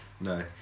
No